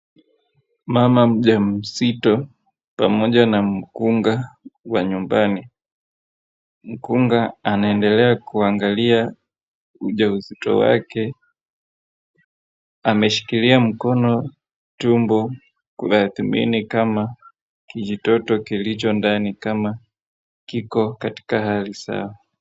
Mama mjamzito pamoja na mkunga wa nyumbani, mkunga anaendelea kuangalia ujauzito wake ameshikilia mkono tumbo kuthamini kwamba kijitoto kilicho ndani kama kiko katika hali sawa.